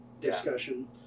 discussion